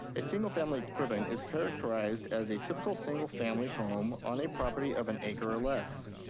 a single family equivalent is characterized as a typical single family home on a property of an acre or less.